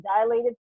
dilated